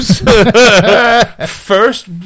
First